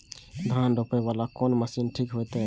धान रोपे वाला कोन मशीन ठीक होते?